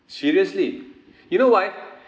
seriously you know why